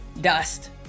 dust